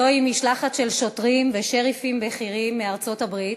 זוהי משלחת של שוטרים ושריפים בכירים מארצות-הברית.